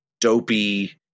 dopey